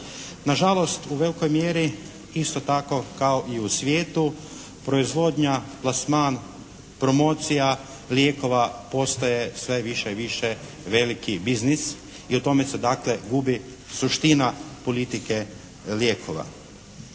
Nažalost u velikoj mjeri isto tako kao i u svijetu proizvodnja, plasman, promocija lijekova postaje sve više i više veliki biznis i o tome se dakle gubi suština politike lijekova.